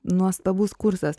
nuostabus kursas